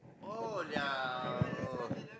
oh ya oh